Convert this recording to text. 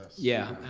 yeah,